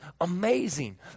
amazing